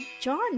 John